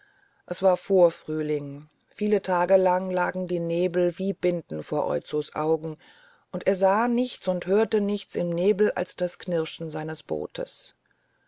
es war vorfrühling viele tage lang lagen die nebel wie binden vor oizos augen und er sah nichts und hörte nichts im nebel als das knirschen seines bootes